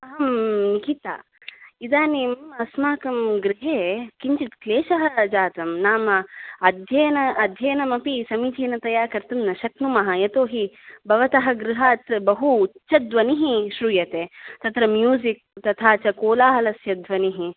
अहं गीता इदानीम् अस्माकं गृहे किञ्चित् क्लेशः जातं नाम अध्ययन अध्ययनमपि समीचीनतया कर्तुं न शक्नुमः यतोहि भवतः गृहात् बहु बहु उच्चध्वनिः श्रूयते तत्र म्यूसिक् तथा च कोलाहलस्य ध्वनिः